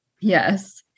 Yes